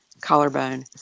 Collarbone